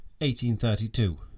1832